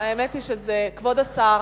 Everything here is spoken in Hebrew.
האמת היא שזה, כבוד השר.